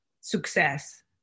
success